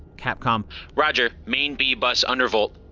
capcom roger. main b bus undervolt.